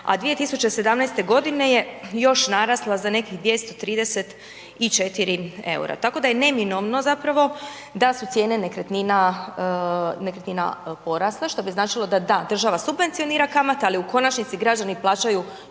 a 2017. godine je još narasla za nekih 234 EUR-a. Tako da je neminovno zapravo da su cijene nekretnina, nekretnina porasle, što bi značilo da da, država subvencionira kamate, ali u konačnici građani plaćaju,